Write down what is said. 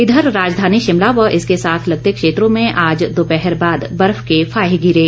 इधर राजधानी शिमला व इसके साथ लगते क्षेत्रों में आज दोपहर बाद बर्फ के फाहे गिरे